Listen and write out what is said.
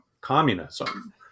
communism